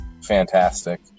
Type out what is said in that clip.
fantastic